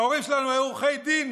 ההורים שלנו היו עורכי דין,